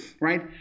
right